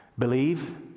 believe